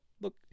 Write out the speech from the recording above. look